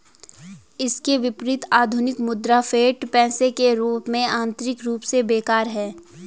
इसके विपरीत, आधुनिक मुद्रा, फिएट पैसे के रूप में, आंतरिक रूप से बेकार है